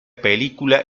película